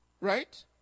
right